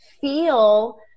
feel